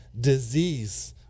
disease